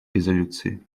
резолюции